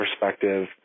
perspective